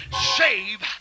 save